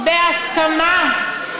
בהסכמה.